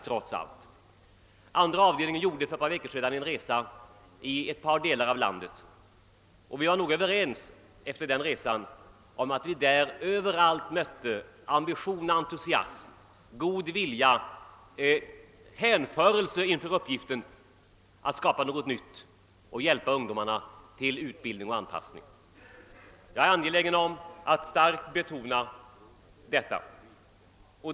Statsutskottets andra avdelning gjorde för ett par veckor sedan en resa i ett par delar av landet. Efter denna reda var vi överens om att vi överallt mött ambition och entusiasm, god vilja och hänförelse inför uppgiften att skapa något nytt och hjälpa ungdomarna till utbildning och anpassning. Jag är angelägen att starkt betona detta.